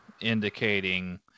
indicating